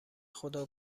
خدا